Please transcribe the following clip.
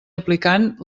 aplicant